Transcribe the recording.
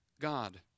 God